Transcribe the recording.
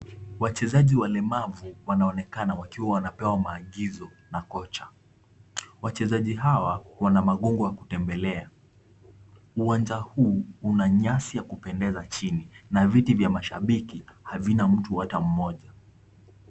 Wachezaji walemavu wanaonekana wakiwa wanapewa maagizo na kocha, wachezaji hawa wana magongo ya kutembelea. Uwanja huu una nyasi za kupendeza chini na viti vya mashabiki havina mtu hata mmoja.